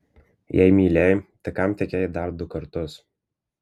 jei mylėjai tai kam tekėjai dar du kartus